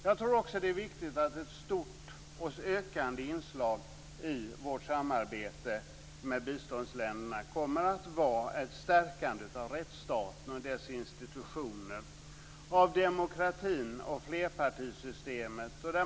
Jag tror också att det är viktigt att ett stort och ökande inslag i vårt samarbete med biståndsländerna kommer att vara ett stärkande av rättsstaten och dess institutioner, av demokratin och av flerpartisystemet.